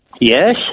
Yes